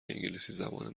انگلیسیزبان